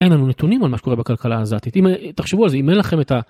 אין לנו נתונים על מה שקורה בכלכלה הזאת, תחשבו על זה, אם אין לכם את ה...